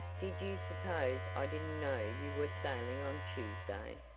did you suppose i didn't know you were sailing on tuesday?